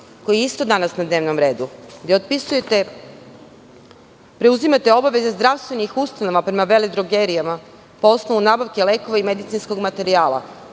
koji je danas na dnevnom redu, gde preuzimate obaveze zdravstvenih ustanova prema veledrogerijama po osnovu nabavke lekova i medicinskog materijala.